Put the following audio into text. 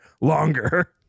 longer